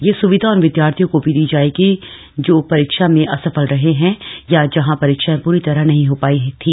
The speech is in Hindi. यह सुविधा उन विदयार्थियों को भी दी जाएगी दो परीक्षा में असफल रहे हैं या जहां परीक्षाएं पूरी तरह नहीं हो पायी थी